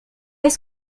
est